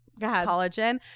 collagen